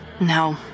No